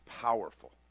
powerful